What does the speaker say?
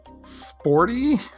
Sporty